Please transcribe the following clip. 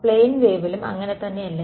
plane വേവിലും അങ്ങനെ തന്നെയല്ലേ